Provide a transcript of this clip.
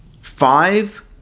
five